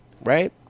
right